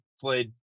played